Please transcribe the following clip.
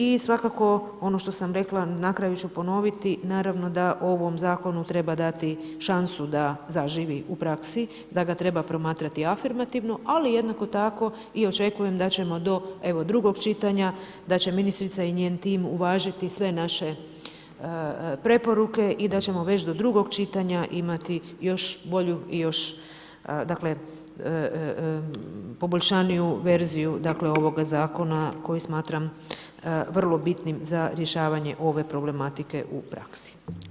I svakako ono što sam rekla, na kraju ću ponoviti, naravno da ovom zakonu treba dati šansu da zaživi u praksi, da ga treba promatrati afirmativno, ali jednako tako i očekujem da ćemo do drugog čitanja, da će ministrica i njen tim uvažiti sve naše preporuke i da ćemo već do drugog čitanja imati još bolju i još poboljšanju verziju ovoga zakona, koji smatram vrlo bitnim za rješavanjem ove problematike u praksi.